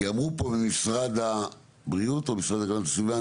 כי אמרו פה במשרד הבריאות או המשרד להגנת הסביבה,